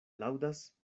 laŭdas